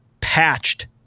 patched